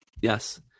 Yes